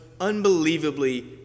unbelievably